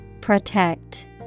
Protect